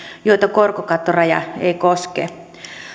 joita korkokattoraja ei koske